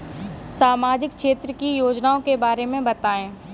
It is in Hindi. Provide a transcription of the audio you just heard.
सामाजिक क्षेत्र की योजनाओं के बारे में बताएँ?